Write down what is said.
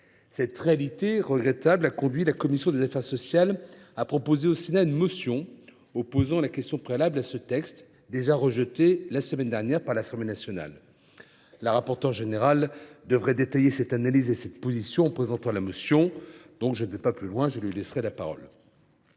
Cette réalité regrettable a conduit la commission des affaires sociales à proposer au Sénat une motion tendant à opposer la question préalable sur ce texte, déjà rejeté la semaine dernière par l’Assemblée nationale. Mme la rapporteure générale devrait détailler cette analyse et cette position en présentant la motion. Je n’irai donc pas plus loin. Mon dernier regret